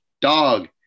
dog